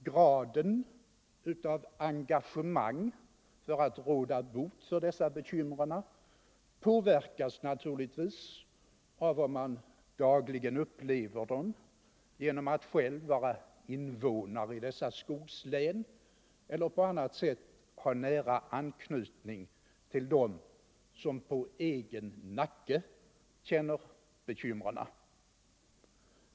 Graden av engagemang för att råda bot på dessa bekymmer ökar naturligtvis om man dagligen upplever dem genom att själv vara invånare i dessa skogslän eller om man på annat sätt har nära anknytning till dem som på egen nacke känner bekymren.